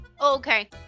Okay